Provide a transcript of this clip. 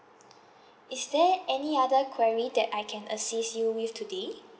is there any other query that I can assist you with today